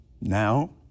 Now